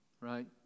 Right